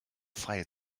freie